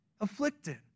afflicted